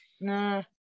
No